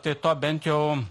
tai to bent jau